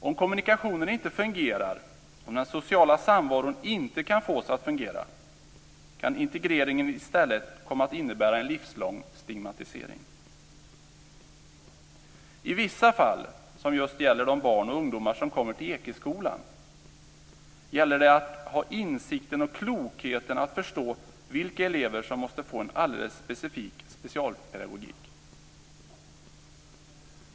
Om kommunikationen inte fungerar, om den sociala samvaron inte kan fås att fungera, kan integreringen i stället komma att innebära en livslång stigmatisering. I vissa fall när det gäller de ungdomar som kommer till Ekeskolan måste man ha insikten och klokheten att förstå vilka elever som måste få en alldeles specifik specialpedagogik.